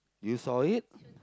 did you saw it